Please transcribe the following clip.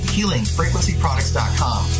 HealingFrequencyProducts.com